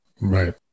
Right